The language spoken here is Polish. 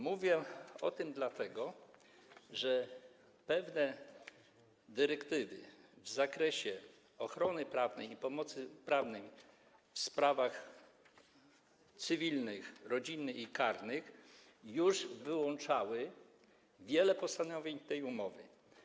Mówię o tym, dlatego że pewne dyrektywy w zakresie ochrony prawnej i pomocy prawnej w sprawach cywilnych, rodzinnych i karnych już wyłączały wiele postanowień tej umowy.